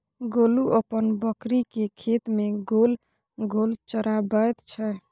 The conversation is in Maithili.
गोलू अपन बकरीकेँ खेत मे गोल गोल चराबैत छै